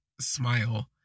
smile